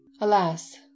alas